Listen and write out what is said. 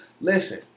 Listen